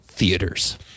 theaters